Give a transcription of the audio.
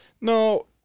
No